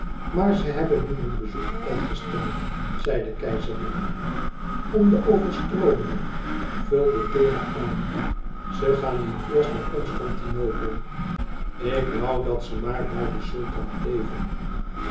maar ze hebben nu hun bezoek uitgesteld zei de keizerin om de overstroomingen vulde thera aan ze gaan nu eerst naar constantinopel ik woû dat ze maar bij den sultan bleven